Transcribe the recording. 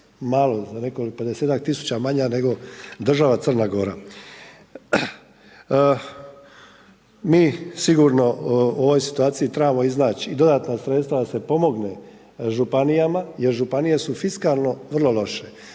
malo za nekih 50-tak tisuća manja nego država Crna Gora. Mi sigurno u ovoj situaciji trebamo iznaći i dodatna sredstva da se pomogne županijama, jer županije su fiskalno vrlo loše.